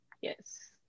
Yes